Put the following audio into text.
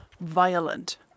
violent